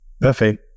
Perfect